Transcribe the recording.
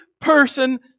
person